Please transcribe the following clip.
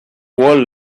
world